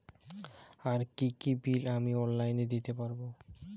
আর কি কি বিল আমি অনলাইনে দিতে পারবো?